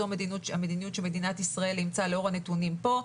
זו המדיניות שמדינת ישראל אימצה לאור הנתונים פה.